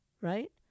right